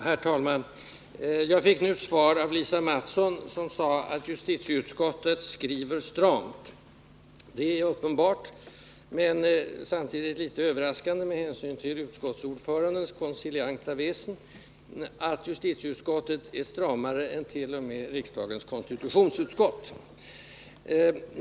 Herr talman! Jag fick nu svar av Lisa Mattson, som sade att justitieutskottet skriver stramt. Det är uppenbart — men samtidigt litet överraskande med hänsyn till utskottsordförandens koncilianta väsen — att justitieutskottet är stramare än t.o.m. riksdagens konstitutionsutskott.